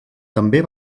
també